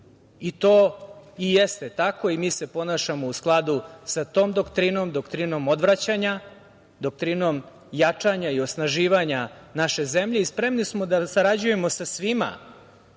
To i jeste tako i mi se ponašamo u skladu sa tom doktrinom, doktrinom odvraćanja, doktrinom jačanja i osnaživanja naše zemlje i spremni smo da sarađujemo sa svima